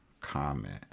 comment